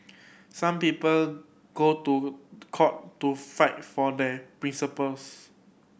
some people go to court to fight for their principles